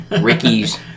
Ricky's